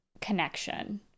connection